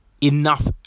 enough